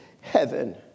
heaven